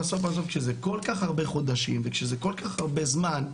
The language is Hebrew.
כשזה כל כך הרבה חודשים וכשזה כל כך הרבה זמן,